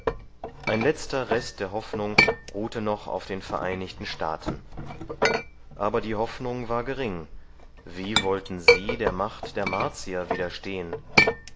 ein letzter rest der hoffnung ruhte noch auf den vereinigten staaten aber die hoffnung war gering wie wollten sie der macht der martier